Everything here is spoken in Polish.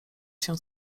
się